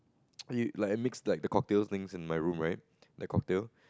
he like I mixed like cocktails things in my room right the cocktail